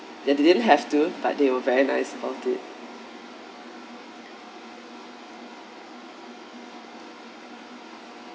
they didn't have to but they were very nice about it